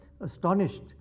astonished